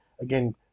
again